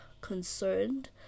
concerned